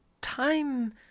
time